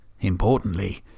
importantly